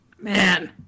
Man